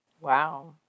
Wow